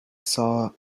saw